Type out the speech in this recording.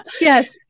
Yes